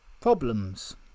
problems